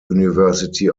university